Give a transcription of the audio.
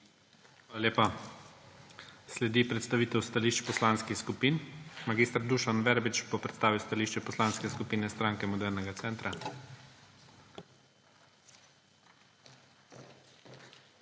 Hvala lepa. Sledi predstavitev stališč poslanskih skupin. Mag. Dušan Verbič bo predstavil stališče Poslanske skupine Stranke modernega centra. MAG.